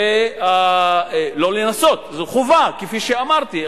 ולנסות, לא לנסות, זו חובה, כפי שאמרתי.